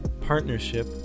partnership